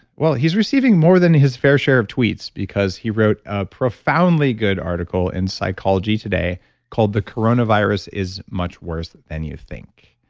well, he's receiving more than his fair share of tweets because he wrote a profoundly good article in psychology today called the coronavirus is much worse than you think.